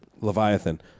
leviathan